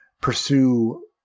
pursue